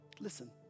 Listen